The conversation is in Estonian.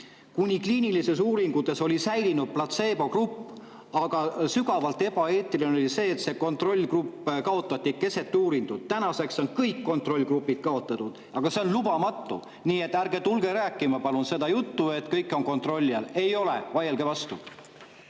kuni kliinilistes uuringutes oli säilinud platseebogrupp, aga sügavalt ebaeetiline oli see, et see kontrollgrupp kaotati keset uuringut. Tänaseks on kõik kontrollgrupid kaotatud, aga see on lubamatu. Nii et ärge tulge rääkima, palun, seda juttu, et kõik on kontrolli all. Ei ole! Vaielge vastu.